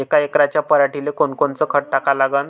यका एकराच्या पराटीले कोनकोनचं खत टाका लागन?